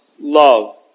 love